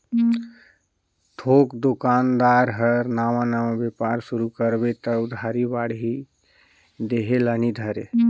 थोक दोकानदार हर नावा नावा बेपार सुरू करबे त उधारी बाड़ही देह ल नी धरे